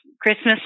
Christmas